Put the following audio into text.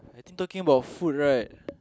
I think talking about food right